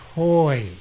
Toy